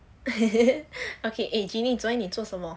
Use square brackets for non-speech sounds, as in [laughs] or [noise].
[laughs] okay eh genie 昨天你做什么